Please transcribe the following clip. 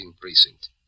Precinct